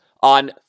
on